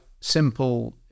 simple